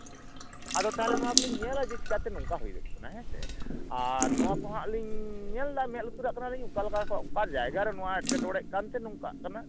ᱟᱫᱚ ᱛᱟᱦᱚᱞᱮ ᱱᱚᱣᱟ ᱠᱚᱞᱤᱧ ᱧᱮᱞᱟ ᱡᱮ ᱪᱮᱠᱟᱛᱮ ᱱᱚᱝᱠᱟ ᱦᱩᱭᱩᱜ ᱠᱟᱱᱟ ᱦᱮᱸᱥᱮ ᱟᱨ ᱱᱚᱣᱟ ᱠᱚᱦᱟᱸᱜ ᱞᱤᱧ ᱧᱮᱞᱫᱟ ᱢᱮᱸᱫ ᱞᱩᱛᱩᱨᱟᱜ ᱠᱟᱱᱟᱞᱤᱧ ᱚᱠᱟᱞᱮᱠᱟ ᱠᱚ ᱚᱠᱟ ᱡᱟᱭᱜᱟ ᱨᱮ ᱱᱚᱣᱟ ᱮᱴᱠᱮᱴᱚᱬᱮᱜ ᱠᱟᱱᱛᱮ ᱱᱚᱝᱠᱟᱜ ᱠᱟᱱᱟ